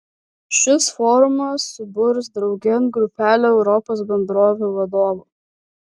šis forumas suburs draugėn grupelę europos bendrovių vadovų